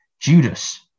Judas